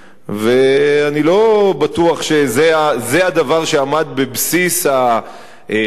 ואני לא בטוח שזה הדבר שעמד בבסיס המאבק